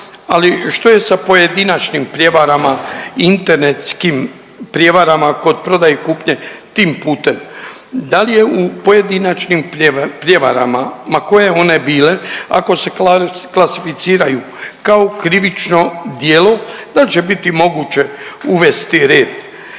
Ali, što je sa pojedinačnim prijevarama, internetskim prijevarama kod prodaje i kupnje tim putem. Da li je u pojedinačnim prijevarama, ma koje one bile, ako se klasificiraju kao krivično djelo, da će biti moguće uvesti red?